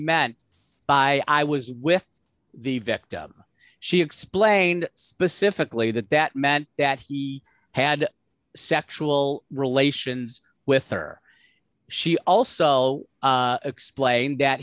meant by i was with the victim she explained specifically that that meant that he had sexual relations with her she also explained that